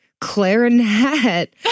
clarinet